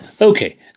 Okay